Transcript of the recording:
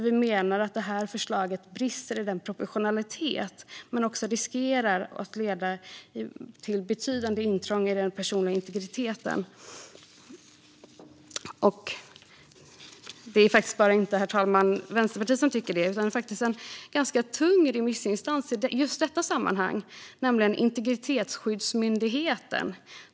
Vi menar att förslaget brister i proportionalitet och att det även riskerar att leda till betydande intrång i den personliga integriteten. Det är heller inte bara Vänsterpartiet som tycker det utan faktiskt en ganska tung remissinstans i just detta sammanhang, nämligen Integritetsskyddsmyndigheten.